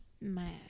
Mad